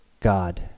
God